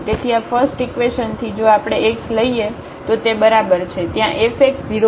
તેથી આ ફસ્ટઇકવેશન થી જો આપણે x લઈએ તો તે બરાબર છે ત્યાં આ fx 0 હશે